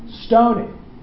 Stoning